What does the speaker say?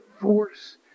force